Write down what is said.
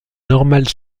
normale